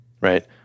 right